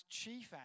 chief